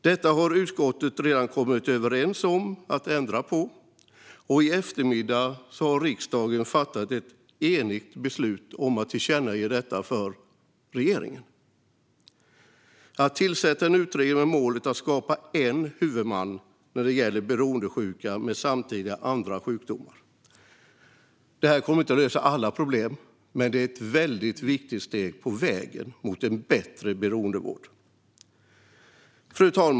Detta har utskottet redan kommit överens om att ändra på, och i eftermiddag har riksdagen fattat ett enigt beslut om att tillkännage för regeringen att den ska tillsätta en utredning med målet att skapa en huvudman när det gäller beroendesjuka med samtidiga andra sjukdomar. Detta kommer inte att lösa alla problem, men det är ett viktigt steg på vägen mot en bättre beroendevård. Fru talman!